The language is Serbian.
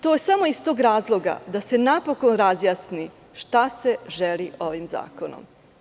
To je samo iz tog razloga da se napokon razjasni šta se želi ovim zakonom.